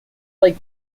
like